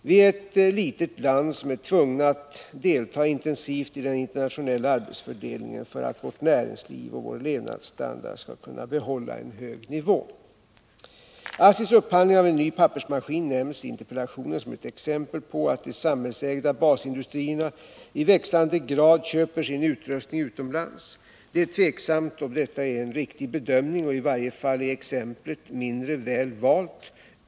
Vi är ett litet land och är Måndagen den tvungna att delta intensivt i den internationella arbetsfördelningen för att 10 december 1979 vårt näringsliv och vår levnadsstandard skall kunna behålla en hög nivå. ASSI:s upphandling av en ny pappersmaskin nämns i interpellationen som ett exempel på att de samhällsägda basindustrierna i växande grad köper sin utrustning utomlands. Det är tveksamt om detta är en riktig bedömning och i varje fall är exemplet mindre väl valt.